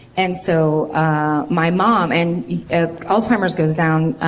and so ah my mom. and ah alzheimer's goes down,